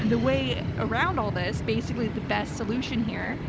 and the way around all this. basically the best solution here